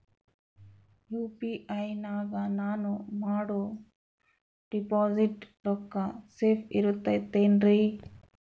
UPI ನಾಗ ನಾನು ಮಾಡೋ ಡಿಪಾಸಿಟ್ ರೊಕ್ಕ ಸೇಫ್ ಇರುತೈತೇನ್ರಿ?